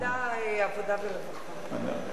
ועדת